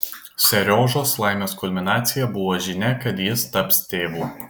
seriožos laimės kulminacija buvo žinia kad jis taps tėvu